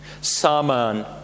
Saman